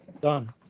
Done